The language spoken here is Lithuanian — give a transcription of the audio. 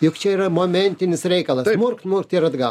juk čia yra momentinis reikalas murk murkt ir atgal